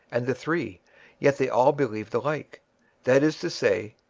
and the three yet they all believed alike that is to say,